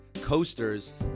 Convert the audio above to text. coasters